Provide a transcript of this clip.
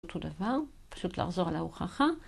אותו דבר, פשוט לחזור על ההוכחה.